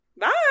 Bye